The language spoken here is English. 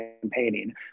campaigning